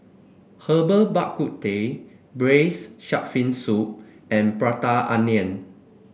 Herbal Bak Ku Teh Braised Shark Fin Soup and Prata Onion